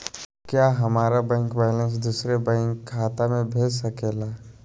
क्या हमारा bank balance दूसरे बैंक खाता में भेज सके ला?